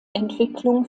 entwicklung